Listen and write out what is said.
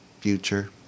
future